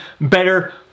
better